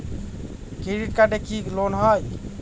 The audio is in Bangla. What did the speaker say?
ক্রেডিট কার্ডে কি লোন হয়?